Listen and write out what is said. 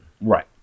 Right